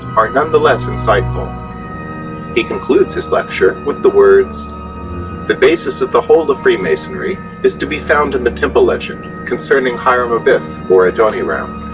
are nonetheless insightful he concludes his lecture with the words the basis of the whole of freemasonry is to be found in the temple legend concerning hiram-abiff or adonhiram.